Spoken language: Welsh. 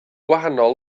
wahanol